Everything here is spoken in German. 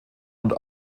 und